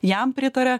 jam pritaria